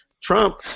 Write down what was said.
Trump